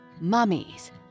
mummies